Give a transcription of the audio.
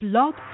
Blog